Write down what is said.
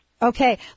Okay